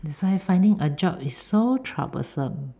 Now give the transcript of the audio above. that's why finding a job is so troublesome